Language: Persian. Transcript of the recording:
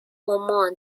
عمان